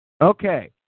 Okay